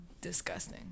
disgusting